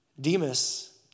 Demas